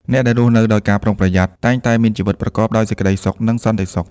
អ្នកដែលរស់នៅដោយការប្រុងប្រយ័ត្ន តែងតែមានជីវិតប្រកបដោយសេចក្ដីសុខ និងសន្តិសុខ។